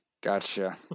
gotcha